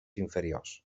inferiors